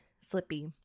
slippy